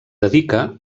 dedica